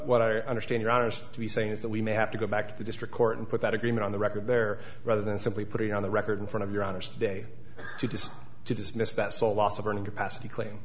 what i understand you're honest to be saying is that we may have to go back to the district court and put that agreement on the record there rather than simply put it on the record in front of your honest day to just to dismiss that so loss of earning capacity claim